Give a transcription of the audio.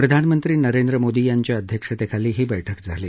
प्रधानमंत्री नरेंद्र मोदी यांच्या अध्यक्षतेखाली ही बैठक झाली